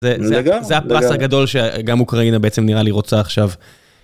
זה הפרס הגדול שגם אוקראינה בעצם נראה לי רוצה עכשיו.